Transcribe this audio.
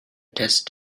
test